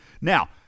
Now